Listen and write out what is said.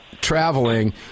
traveling